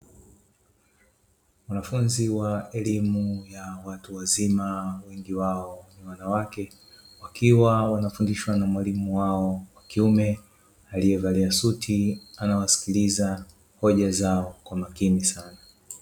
Wanafunzi wa elimu ya watu wazima wengi wao ni wanawake, wakiwa wanafundishwa na mwalimu wao wa kiume, aliyevalia suti anawasikiliza hoja zao kwa makini sana.